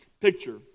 picture